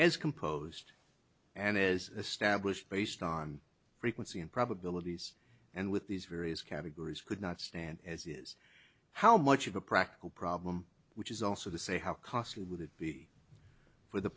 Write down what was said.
as composed and as a stablished based on frequency and probabilities and with these various categories could not stand as is how much of a practical problem which is also the say how costly would it be for the